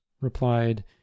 replied